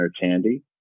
Tandy